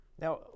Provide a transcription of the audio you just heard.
Now